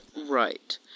Right